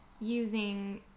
using